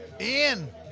Ian